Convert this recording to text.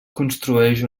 construeix